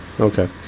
Okay